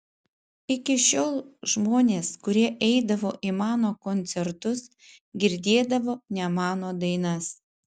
iki šiol žmonės kurie eidavo į mano koncertus girdėdavo ne mano dainas